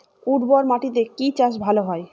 উর্বর মাটিতে কি চাষ ভালো হয়?